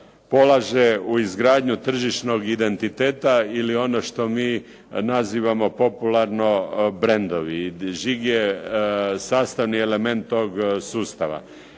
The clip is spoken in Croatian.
polaže u izgradnju tržišnog identiteta ili ono što mi nazivamo popularno brendovi. Brend je sastavni element tog sustava